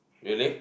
really